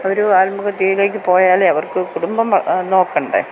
അവർ ആത്മഹത്യയിലേക്ക് പോയാലേ അവർക്ക് കുടുംബം നോക്കണ്ടേ